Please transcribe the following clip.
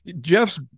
jeff's